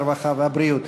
הרווחה והבריאות.